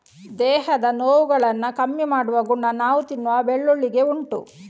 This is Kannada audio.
ದೇಹದ ನೋವುಗಳನ್ನ ಕಮ್ಮಿ ಮಾಡುವ ಗುಣ ನಾವು ತಿನ್ನುವ ಬೆಳ್ಳುಳ್ಳಿಗೆ ಉಂಟು